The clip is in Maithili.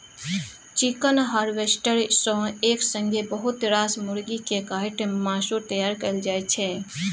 चिकन हार्वेस्टर सँ एक संगे बहुत रास मुरगी केँ काटि मासु तैयार कएल जाइ छै